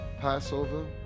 Passover